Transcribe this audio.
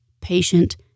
patient